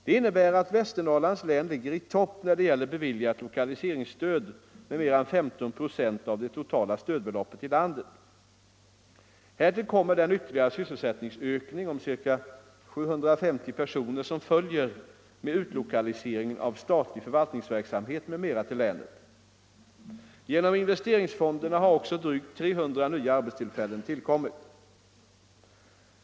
Det innebär att Västernorrlands län ligger i topp när det gäller beviljat lokaliseringsstöd med mer än 15 96 av det totala stödbeloppet i landet. Härtill kommer den ytterligare sysselsättningsökning om ca 750 personer som följer med utlokaliseringen av statlig förvaltningsverksamhet m.m. till länet. Genom investeringsfonderna har också drygt 300 nya arbetstillfällen tillkommit.